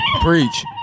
Preach